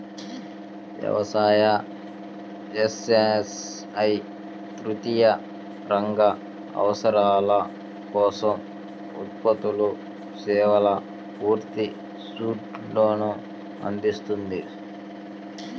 వ్యవసాయ, ఎస్.ఎస్.ఐ తృతీయ రంగ అవసరాల కోసం ఉత్పత్తులు, సేవల పూర్తి సూట్ను అందిస్తుంది